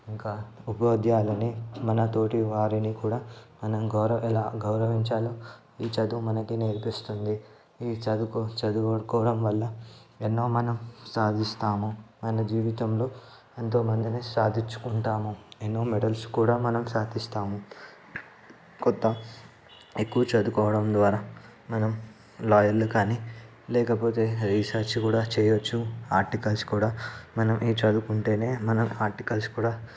ఇంకా ఉపాధ్యాయులని మనతోటి వారిని కూడా మనం గౌరవం ఎలా గౌరవించాలో ఈ చదువు మనకు నేర్పిస్తుంది ఈ చదువుకు చదువుకోవడం వల్ల ఎన్నో మనం సాధిస్తాము మన జీవితంలో ఎంతో మందిని సాధించుకుంటాము ఎన్నో మెడల్స్ కూడా మనం సాధిస్తాము కొంత ఎక్కువ చదువుకోవడం ద్వారా మనం లాయర్లు కానీ లేకపోతే రీసెర్చ్ కూడా చేయవచ్చు ఆర్టికల్స్ కూడా మనం చదువుకుంటేనే మనం ఆర్టికల్స్ కూడా